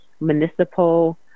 municipal